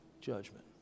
judgment